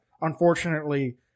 unfortunately